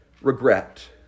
regret